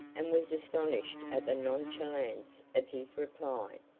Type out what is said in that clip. and was astonished at the nonchalance of his reply.